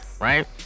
right